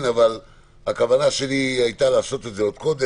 אבל הכוונה שלי היתה לעשות את זה קודם.